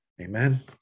Amen